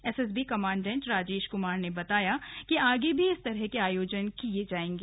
SSB commandant Rajesh Kumar ने बताया की आगे भी इस तरह के आयोजन किये जाएंगे